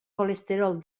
colesterol